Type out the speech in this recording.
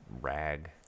rag